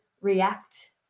react